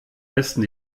besten